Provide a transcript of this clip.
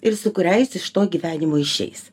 ir su kuria jis iš to gyvenimo išeis